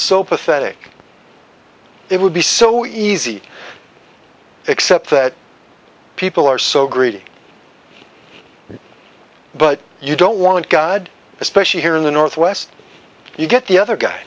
so pathetic it would be so easy except that people are so greedy but you don't want god especially here in the northwest you get the other guy